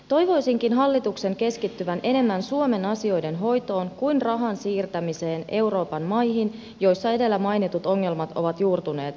toivoisinkin hallituksen keskittyvän enemmän suomen asioiden hoitoon kuin rahan siirtämiseen euroopan maihin joissa edellä mainitut ongelmat ovat juurtuneet syvälle